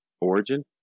origin